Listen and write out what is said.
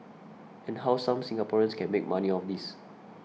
and how some Singaporeans can make money off this